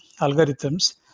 algorithms